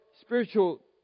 spiritual